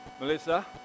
Melissa